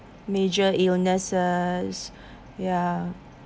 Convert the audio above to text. major illnesses ya